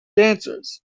dancers